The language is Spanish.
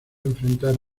enfrentar